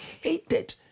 hated